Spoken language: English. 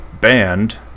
band